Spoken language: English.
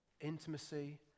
Intimacy